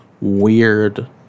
weird